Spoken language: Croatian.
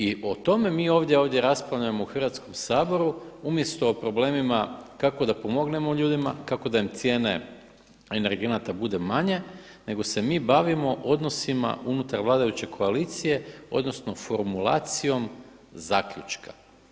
I o tome mi ovdje raspravljamo u Hrvatskom saboru umjesto o problemima kako da pomognemo ljudima, kako da im cijene energenata bude manje nego se mi bavimo odnosima unutar vladajuće koalicije odnosno formulacijom zaključka.